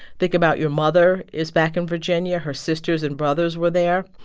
think about your mother is back in virginia. her sisters and brothers were there.